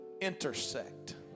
intersect